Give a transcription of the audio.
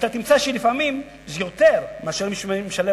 אתה תמצא שלפעמים זה יותר מאשר אם אני משלם